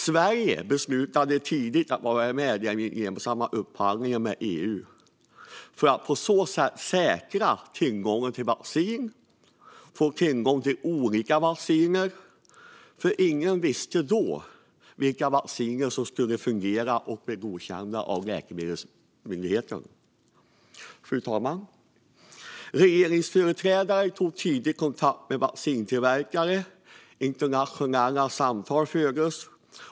Sverige beslutade tidigt att vara med i EU-gemensamma upphandlingar för att på så sätt säkra tillgången till vaccin och få tillgång till olika vacciner, för ingen visste då vilka vacciner som skulle fungera och bli godkända av läkemedelsmyndigheten. Fru talman! Regeringsföreträdare tog tidigt kontakt med vaccintillverkare. Internationella samtal fördes.